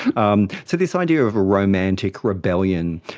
um so this idea of a romantic rebellion,